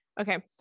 Okay